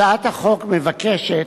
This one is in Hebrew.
הצעת החוק מבקשת